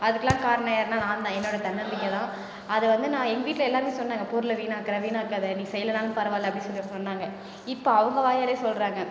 அதுக்கெல்லாம் காரணம் யாருன்னா நான் தான் என்னோடய தன்னம்பிக்கை தான் அதை வந்து நான் எங்கள் வீட்டில் எல்லாரும் சொன்னாங்க பொருளை வீணாக்குற வீணாக்காதே நீ செய்யலைனாலும் பரவாயில்லை அப்படின்னு சொல்லி சொன்னாங்க இப்போ அவங்க வாயாலேயே சொல்கிறாங்க